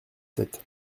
sept